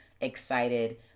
excited